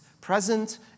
present